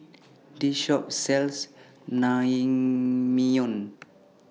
This Shop sells Naengmyeon